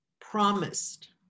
promised